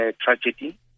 tragedy